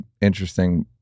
interesting